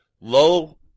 low